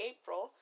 April